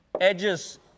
edges